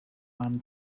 man